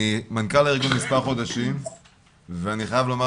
אני מנכ"ל הארגון מספר חודשים ואני חייב לומר